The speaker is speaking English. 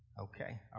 okay